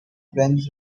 friends